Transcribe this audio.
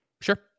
Sure